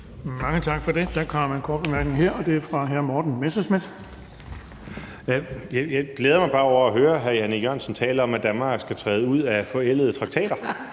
Mange tak for det. Der kom en kort bemærkning her, og den er fra hr. Morten Messerschmidt. Kl. 15:01 Morten Messerschmidt (DF): Jeg glæder mig bare over at høre hr. Jan E. Jørgensen tale om, at Danmark skal træde ud af forældede traktater,